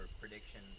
prediction